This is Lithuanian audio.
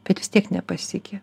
bet vis tiek nepasisekė